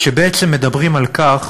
שבעצם מדברים על כך,